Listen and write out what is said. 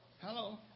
Hello